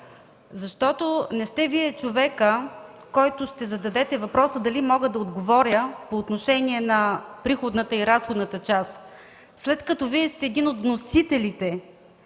КБ.) Не сте Вие човекът, който ще зададе въпроса дали мога да отговоря по отношение на приходната и разходната част на бюджета. След като Вие сте един от вносителите